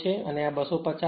અને આ 250 છે